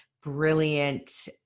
brilliant